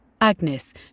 Agnes